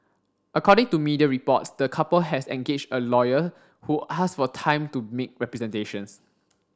according to media reports the couple has engaged a lawyer who asked for time to make representations